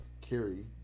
carry